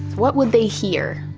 what would they hear?